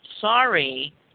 sorry